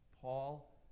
Paul